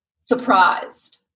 surprised